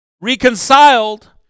Reconciled